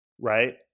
right